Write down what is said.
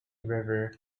river